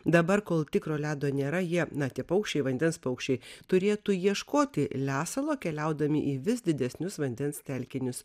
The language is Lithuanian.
dabar kol tikro ledo nėra jie na tie paukščiai vandens paukščiai turėtų ieškoti lesalo keliaudami į vis didesnius vandens telkinius